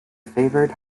favoured